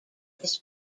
this